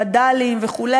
וד"לים וכו'.